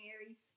Aries